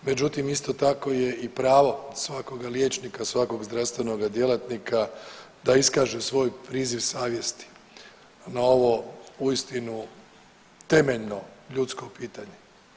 Međutim, isto tako je i pravo svakoga liječnika, svakog zdravstvenog djelatnika da iskaže svoj priziv savjesti na ovo uistinu temeljno ljudsko pitanje.